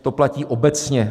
To platí obecně.